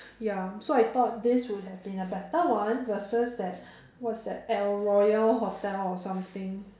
ya so I thought this would have been a better one versus that what's that el-royale hotel or something